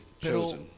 chosen